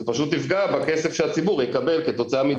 זה פשוט יפגע בכסף שהציבור יקבל כתוצאה מדיבידנדים.